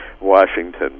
Washington